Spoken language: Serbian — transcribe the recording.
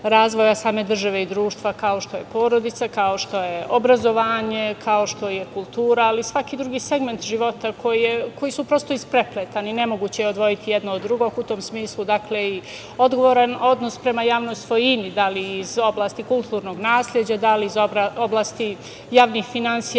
razvoja same države i društva, kao što je porodica, kao što je obrazovanje, kao što je kultura, ali i svaki drugi segment života, koji su prosto isprepletani, nemoguće je odvojiti jedno od drugog, u tom smislu, dakle, i odgovoran odnos prema javnoj svojini, da li iz oblasti kulturnog nasleđa, da li iz oblasti javnih finansija,